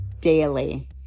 daily